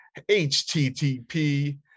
http